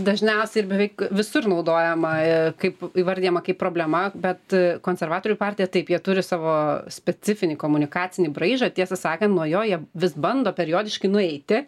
dažniausiai ir beveik visur naudojama kaip įvardijama kaip problema bet konservatorių partija taip jie turi savo specifinį komunikacinį braižą tiesą sakant nuo jo jie vis bando periodiškai nueiti